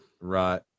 Right